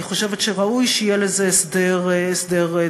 אני חושבת שראוי שיהיה לזה הסדר דומה.